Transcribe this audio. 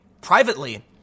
privately